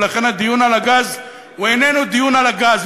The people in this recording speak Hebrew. ולכן הדיון על הגז הוא איננו דיון על הגז,